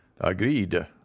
agreed